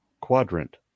quadrant